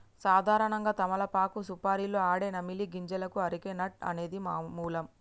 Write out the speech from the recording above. సాధారణంగా తమలపాకు సుపారీలో ఆడే నమిలే గింజలకు అరెక నట్ అనేది మూలం